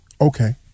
Okay